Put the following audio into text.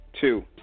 two